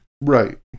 Right